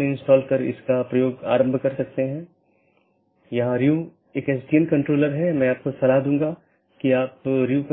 धीरे धीरे हम अन्य परतों को देखेंगे जैसे कि हम ऊपर से नीचे का दृष्टिकोण का